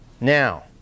Now